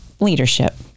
leadership